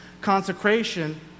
Consecration